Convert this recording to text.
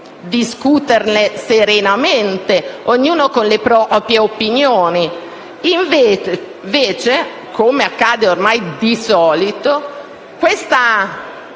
discuterne serenamente, ognuno con le proprie opinioni, invece, come accade ormai di solito,